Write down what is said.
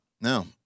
no